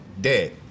Dead